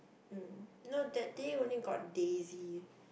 mm no that day only got daisy